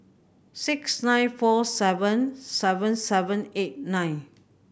six nine four seven seven seven eight nine